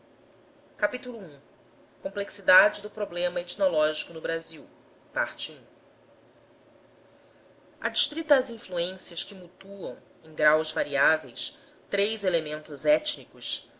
de taipa complexidade do problema etnológico no brasil adstrita às influências que mutuam em graus variáveis três elementos étnicos